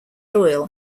oil